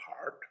heart